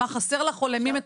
מה חסר לחולה?